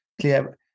clear